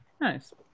Nice